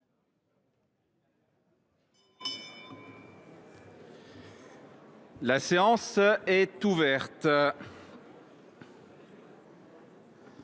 La séance est ouverte.